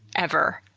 ever.